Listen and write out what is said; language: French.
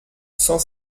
cent